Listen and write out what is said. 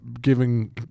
giving